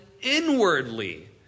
inwardly